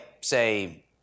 say